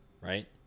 Right